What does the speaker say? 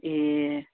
ए